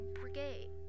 brigade